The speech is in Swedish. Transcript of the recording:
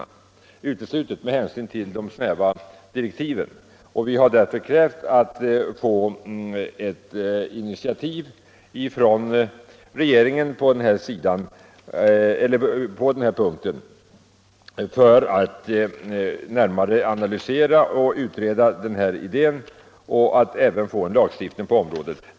Direktiven är mycket snäva, och vi har därför krävt att få ett initiativ från regeringen på den här punkten för att närmare analysera och utreda den här idén och även få en lagstiftning på området.